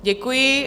Děkuji.